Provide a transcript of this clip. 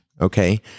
okay